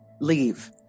Leave